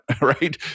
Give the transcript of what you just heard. right